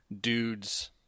dudes